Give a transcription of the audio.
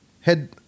head